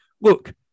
look